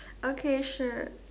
okay sure